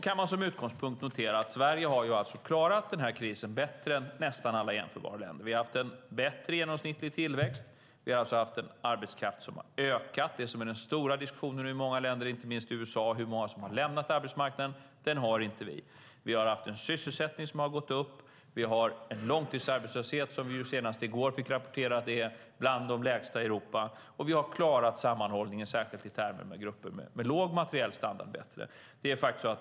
Man kan som utgångspunkt notera att Sverige har klarat krisen bättre än nästan alla jämförbara länder. Vi har haft en bättre genomsnittlig tillväxt och en arbetskraft som har ökat. Den stora diskussionen i många länder, inte minst i USA, är hur många som har lämnat arbetsmarknaden. Den har inte vi. Vi har haft en sysselsättning som har gått upp. Vi har en långtidsarbetslöshet som vi senast i går fick rapporterat för oss är bland de lägsta i Europa. Vi har klarat sammanhållningen bättre, särskilt i termer av grupper med låg materiell standard.